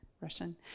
Russian